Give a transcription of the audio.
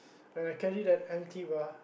when I carry that empty bar